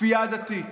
כפייה דתית.